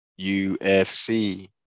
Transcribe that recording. UFC